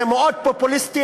זה מאוד פופוליסטי,